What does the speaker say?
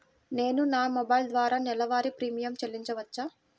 నేను నా మొబైల్ ద్వారా నెలవారీ ప్రీమియం చెల్లించవచ్చా?